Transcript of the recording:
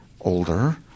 older